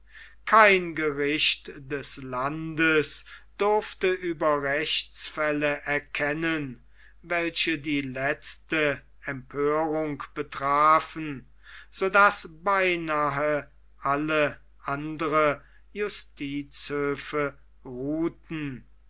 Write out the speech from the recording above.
kein gericht des landes durfte über rechtsfälle erkennen welche die letzte empörung betrafen so daß beinahe alle andern justizhöfe ruhten